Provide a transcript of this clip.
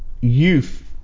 youth